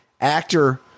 actor